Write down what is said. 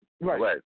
right